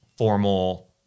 Formal